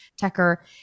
Tucker